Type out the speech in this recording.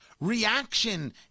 reaction